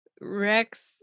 Rex